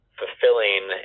fulfilling